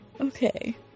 Okay